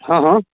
हँ हँ